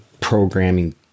programming